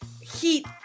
heat